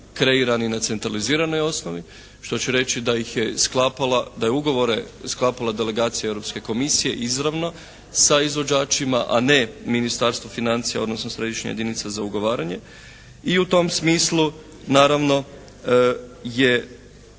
kreirani na centraliziranoj osnovi što će reći da ih je sklapala, da je ugovore sklapala delegacije Europske Komisije izravno sa izvođačima, a ne Ministarstvo financija, odnosno središnja jedinica za ugovaranje i u tom smislu naravno je